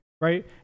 right